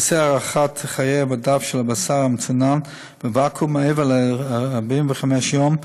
נושא הארכת חיי המדף של הבשר המצונן בוואקום מעבר ל-45 יום,